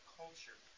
culture